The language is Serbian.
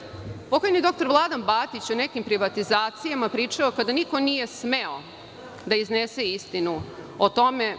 Pokojni doktor Vladan Batić o nekim privatizacijama je pričao kada niko nije smeo da iznese istinu o tome.